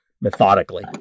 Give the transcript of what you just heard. methodically